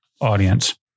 audience